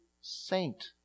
saint